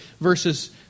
verses